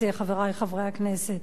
חברי חברי הכנסת.